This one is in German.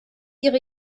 ihre